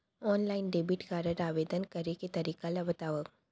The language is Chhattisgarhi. ऑनलाइन डेबिट कारड आवेदन करे के तरीका ल बतावव?